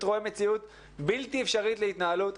רואה מציאות בלתי אפשרית להתנהלות.